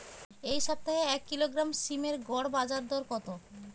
এই সপ্তাহে এক কিলোগ্রাম সীম এর গড় বাজার দর কত?